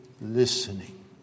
listening